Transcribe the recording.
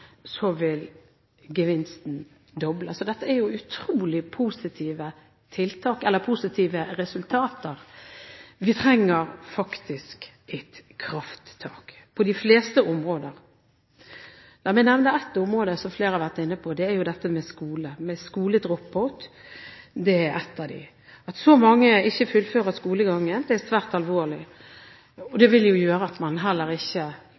vil gevinsten dobles. Dette er utrolig positive resultater. Vi trenger faktisk et krafttak på de fleste områder. La meg nevne ett område som flere har vært inne på: drop-out i skolen. At så mange ikke fullfører skolegangen, er svært alvorlig. Det vil også føre til at man heller ikke kommer seg ut i arbeid så lett. Det viser seg at de som ikke